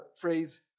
phrase